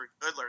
Goodler